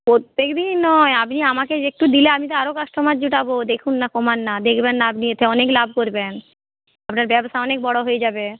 প্রত্যেক দিন নয় আপনি আমাকে একটু দিলে আমি আরো কাস্টমার জোটাব দেখুন না কমান না দেখবে না আপনি এতে অনেক লাভ করবেন আপনার ব্যবসা অনেক বড় হয়ে যাবে